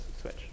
switch